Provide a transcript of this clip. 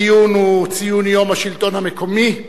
ציון יום השלטון המקומי,